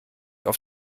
auf